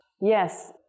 Yes